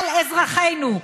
על אזרחינו.